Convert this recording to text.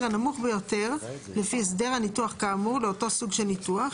הנמוך ביותר לפי הסדר הניתוח כאמור לאותו סוג של ניתוח,